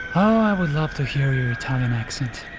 oh. i would love to hear your italian accent.